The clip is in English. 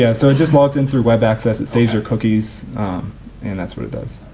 yeah so it just logs in through webaccess it saves your cookies and that's what it does.